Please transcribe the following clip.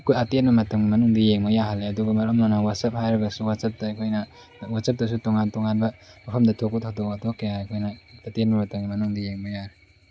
ꯑꯩꯈꯣꯏ ꯑꯇꯦꯟꯕ ꯃꯇꯝꯒꯤ ꯃꯅꯨꯡꯗ ꯌꯦꯡꯕ ꯌꯥꯍꯜꯂꯦ ꯑꯗꯨꯒ ꯃꯔꯨ ꯑꯣꯏꯅ ꯋꯥꯆꯦꯞ ꯍꯥꯏꯔꯤꯕꯁꯨ ꯋꯥꯆꯦꯞꯇ ꯑꯩꯈꯣꯏꯅ ꯋꯥꯆꯦꯞꯇꯁꯨ ꯇꯣꯉꯥꯟ ꯇꯣꯉꯥꯟꯕ ꯃꯐꯝꯗ ꯊꯣꯛꯄ ꯊꯧꯗꯣꯛ ꯋꯥꯊꯣꯛ ꯀꯌꯥ ꯑꯩꯈꯣꯏꯅ ꯑꯇꯦꯟꯕ ꯃꯇꯝꯒꯤ ꯃꯅꯨꯡꯗ ꯌꯦꯡꯕ ꯌꯥꯔꯦ